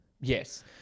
Yes